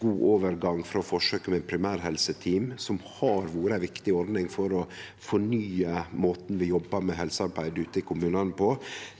god overgang frå forsøket med primærhelseteam, som har vore ei viktig ordning for å fornye måten vi jobbar med helsearbeid i kommunane på.